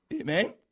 Amen